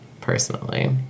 personally